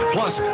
Plus